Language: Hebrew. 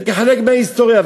זה כחלק מההיסטוריה.